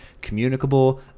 communicable